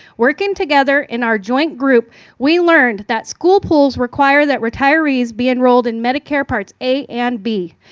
working together in our joint group we learned that school pools require that retirees be enrolled in medicare parts a and b,